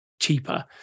cheaper